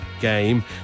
game